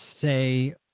say